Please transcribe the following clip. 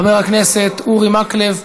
חבר הכנסת אורי מקלב,